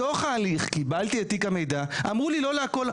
בתוך ההליך קיבלתי את תיק המידע, אמרו לי לא להכל.